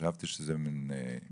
חשבתי שזה ליופי.